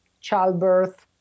childbirth